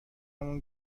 اون